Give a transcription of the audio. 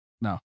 No